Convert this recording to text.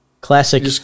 classic